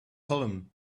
column